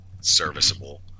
serviceable